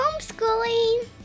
homeschooling